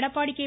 Edappadi K